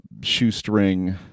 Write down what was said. shoestring